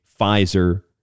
Pfizer